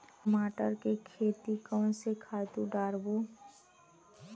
टमाटर के खेती कोन से खातु डारबो?